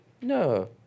No